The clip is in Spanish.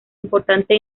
importante